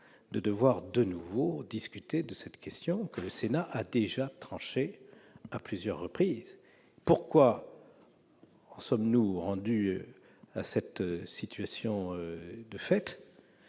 de devoir à nouveau discuter de cette question, que le Sénat a déjà tranchée à plusieurs reprises ! Pourquoi sommes-nous dans cette situation ? Tout